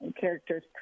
characters